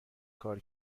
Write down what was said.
کار